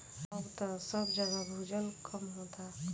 अब त सब जगह भूजल कम होता